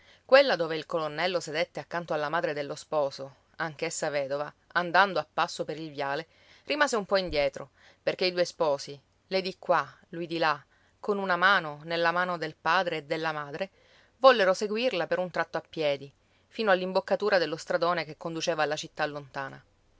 quella dove il colonnello sedette accanto alla madre dello sposo anch'essa vedova andando a passo per il viale rimase un po indietro perché i due sposi lei di qua lui di là con una mano nella mano del padre e della madre vollero seguirla per un tratto a piedi fino all'imboccatura dello stradone che conduceva alla città lontana